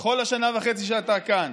בכל השנה וחצי שאתה כאן,